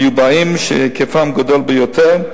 שהיקפם גדול ביותר,